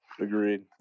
Agreed